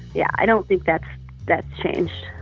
yeah. i don't think that that's changed.